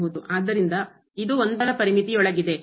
ಆದ್ದರಿಂದ ಇದು ಒಂದರ ಪರಿಮಿತಿ ಯೊಳಗಿದೆ